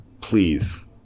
Please